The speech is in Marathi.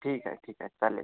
ठीकंय ठीकंय चालेल